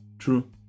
true